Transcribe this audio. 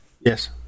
Yes